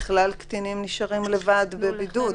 האם קטינים נשארים לבד בבידוד,